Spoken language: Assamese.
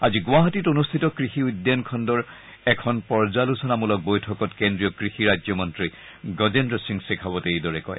আজি গুৱাহাটীত অনুষ্ঠিত কৃষি উদ্যান খণ্ডৰ এখন পৰ্যালোচনামূলক বৈঠকত কেন্দ্ৰীয় কৃষি ৰাজ্যমন্ত্ৰী গজেন্দ্ৰ সিং চেখাৰটে এইদৰে কয়